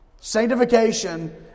Sanctification